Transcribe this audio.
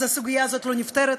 אז הסוגיה הזאת לא נפתרת,